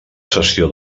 sessió